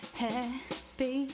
happy